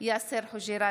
יאסר חוג'יראת,